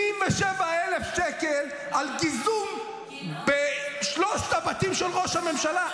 77,000 שקל על גיזום בשלושת הבתים של ראש הממשלה.